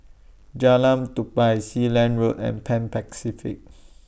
Jalan Tupai Sealand Road and Pan Pacific